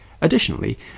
Additionally